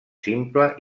simple